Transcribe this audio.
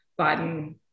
Biden